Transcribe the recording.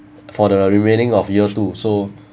for the remaining of year two so